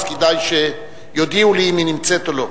אז כדאי שיודיעו לי אם היא נמצאת או לא,